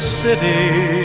city